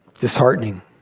Disheartening